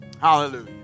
hallelujah